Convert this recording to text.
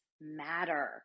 matter